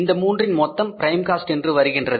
இந்த மூன்றின் மொத்தம் பிரைம் காஸ்ட் என்று வருகின்றது